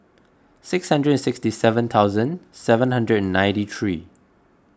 six hundred and sixty seven thousand seven hundred and ninety three